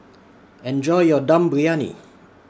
Enjoy your Dum Briyani